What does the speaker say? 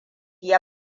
ya